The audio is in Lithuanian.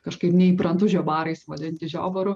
kažkaip neįprantu žiobarais vadinti žiobarų